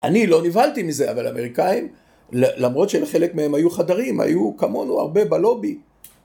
אני לא נבהלתי מזה, אבל האמריקאים, למרות שלחלק מהם היו חדרים, היו כמונו הרבה בלובי.